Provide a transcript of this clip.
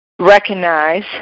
recognize